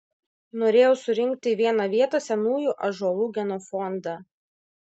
norėjau surinkti į vieną vietą senųjų ąžuolų genofondą